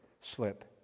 slip